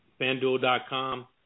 FanDuel.com